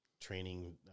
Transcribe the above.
training